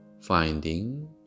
finding